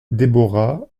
deborah